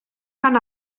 rhan